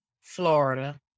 Florida